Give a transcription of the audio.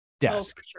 desk